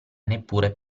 neppure